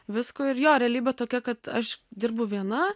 visko ir jo realybė tokia kad aš dirbu viena